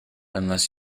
unless